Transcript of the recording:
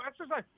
exercise